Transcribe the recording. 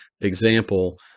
example